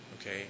Okay